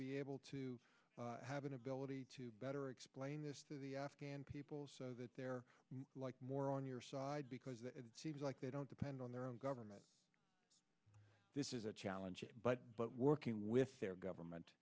be able to have an ability to better explain this to the afghan people so that they're like more on your side because it seems like they don't depend on their own government this is a challenge but working with their government